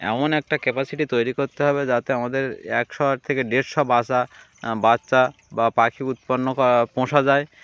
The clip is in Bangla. এমন একটা ক্যাপাসিটি তৈরি করতে হবে যাতে আমাদের একশো থেকে দেড়শো বাসা বাচ্চা বা পাখি উৎপন্ন পোষা যায়